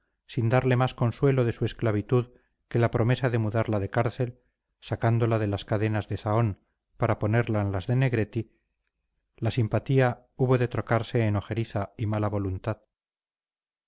sin darle más consuelo de su esclavitud que la promesa de mudarla de cárcel sacándola de las cadenas de zahón para ponerla en las de negretti la simpatía hubo de trocarse en ojeriza y mala voluntad